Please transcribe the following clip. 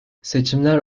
seçimler